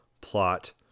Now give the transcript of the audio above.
plot